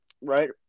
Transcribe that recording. Right